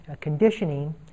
conditioning